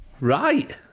right